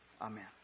Amen